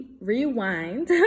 rewind